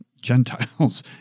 Gentiles